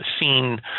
seen